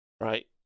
right